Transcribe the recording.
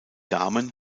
damen